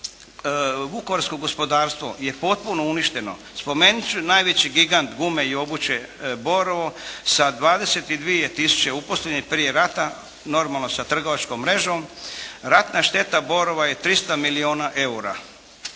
Vukovarsko gospodarstvo je potpuno uništeno. Spomenut ću najveći gigant gume i obuće “Borovo“ sa 22000 uposlenih prije rata normalno sa trgovačkom mrežom. Ratna šteta “Borova“ je 300 milijuna eura.